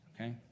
Okay